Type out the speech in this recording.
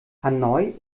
hanoi